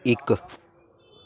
ਇੱਕ